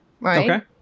right